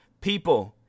people